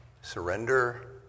Surrender